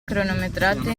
cronometrate